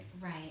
Right